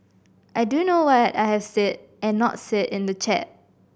I do know what I have said and not said in the chat